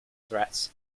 threats